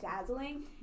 dazzling